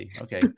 Okay